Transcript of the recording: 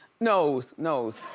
knows, knows.